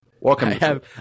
welcome